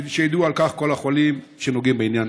כדי שידעו על כך כל החולים שנוגעים בעניין.